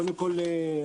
קודם כל,